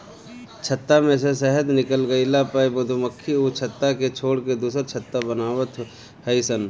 छत्ता में से शहद निकल गइला पअ मधुमक्खी उ छत्ता के छोड़ के दुसर छत्ता बनवत हई सन